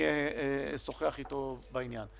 אשוחח איתו בעניין.